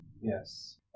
Yes